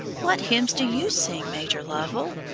what hymns do you sing, major lovell?